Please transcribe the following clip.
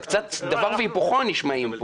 זה דבר והיפוכו מה שנשמע פה.